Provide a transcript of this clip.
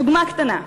דוגמה קטנה: